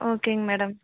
ஓகேங்க மேடம்